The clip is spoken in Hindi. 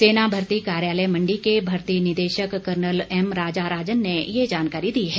सेना भर्ती कार्यालय मंडी के भर्ती निदेशक कर्नल एम राजा राजन ने ये जानकारी दी है